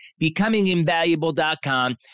becominginvaluable.com